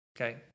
Okay